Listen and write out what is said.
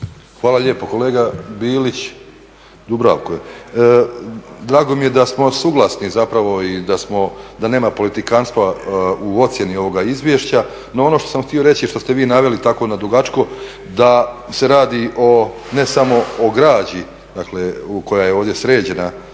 Hvala lijepo kolega Bilić Dubravko. Drago mi je da smo suglasni zapravo i da smo, da nema politikanstva u ocjeni ovoga izvješća, no ono što sam htio reći, što ste vi naveli tako nadugačko da se radi o ne samo o građi, dakle koja je ovdje sređena